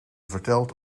vertelt